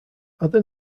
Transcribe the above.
other